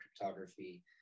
cryptography